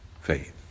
Faith